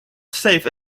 save